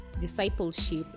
discipleship